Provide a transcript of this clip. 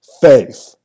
faith